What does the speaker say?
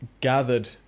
gathered